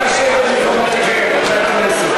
נא לשבת במקומותיכם, חברי הכנסת.